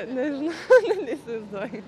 nežinau neįsivaizduoju